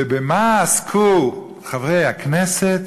ובמה עסקו חברי הכנסת?